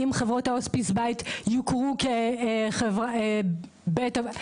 אם חברות ההוספיס בית יוכרו כבית אבות.